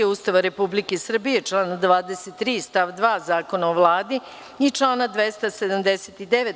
Ustava Republike Srbije, člana 23. stav 2. Zakona o Vladi i člana 279.